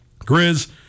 Grizz